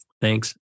Thanks